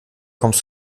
kommst